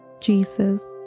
Jesus